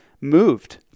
moved